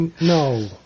No